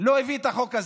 לא הביא את החוק הזה,